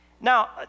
Now